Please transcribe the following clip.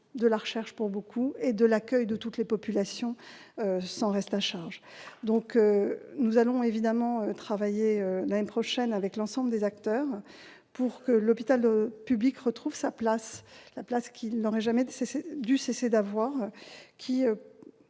de la recherche et à accueillir toutes les populations, sans reste à charge. Nous allons travailler l'an prochain avec l'ensemble des acteurs pour que l'hôpital public retrouve la place qu'il n'aurait jamais dû cesser d'avoir.